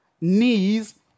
knees